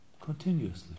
continuously